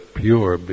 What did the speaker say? pure